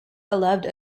allowed